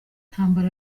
ntambara